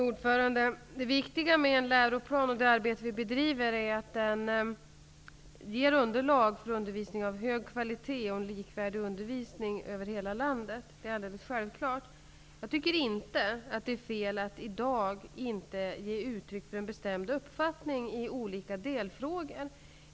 Fru talman! Det viktiga med det arbete med läroplanen som vi bedriver är att det ger underlag för undervisning av hög kvalitet och en likvärdig undervisning över hela landet. Det är alldeles självklart. Jag tycker inte att det är fel att i dag inte ge uttryck för en bestämd uppfattning i olika delfrågor.